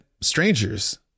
strangers